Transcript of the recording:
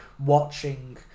Watching